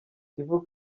kivu